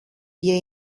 wir